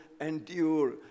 endure